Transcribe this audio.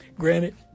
Granted